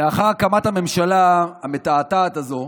לאחר הקמת הממשלה המתעתעת הזו,